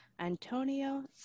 Antonio